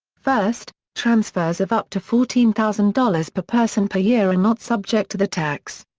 first, transfers of up to fourteen thousand dollars per person per year are not subject to the tax.